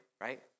right